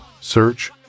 search